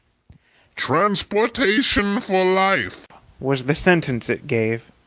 transportation for life was the sentence it gave,